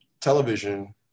television